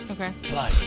Okay